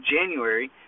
January